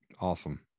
Awesome